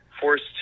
forced